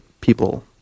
people